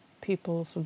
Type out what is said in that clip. people's